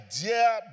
dear